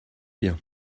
bien